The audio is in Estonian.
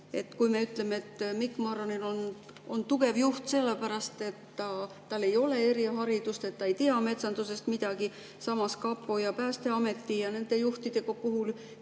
kui me ütleme, et Mikk Marran on tugev juht selle pärast, et tal ei ole eriharidust, et ta ei tea metsandusest midagi, samas kapo ja Päästeameti juhtide puhul